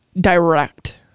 direct